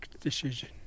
decision